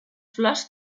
flors